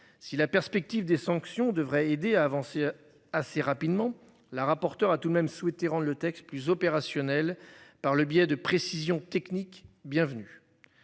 Si la perspective des sanctions devraient aider à avancer assez rapidement la rapporteure a tout de même souhaité rend le texte plus opérationnel. Par le biais de précision technique bienvenue.